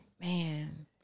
Man